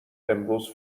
امروز